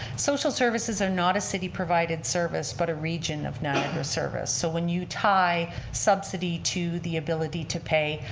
social services are not a city provided service but a region of niagara service so when you tie subsidy to the ability to pay,